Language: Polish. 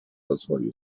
rozwoju